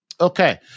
Okay